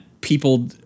people